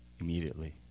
immediately